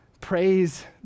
Praise